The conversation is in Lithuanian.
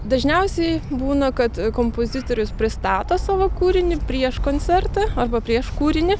dažniausiai būna kad kompozitorius pristato savo kūrinį prieš koncertą arba prieš kūrinį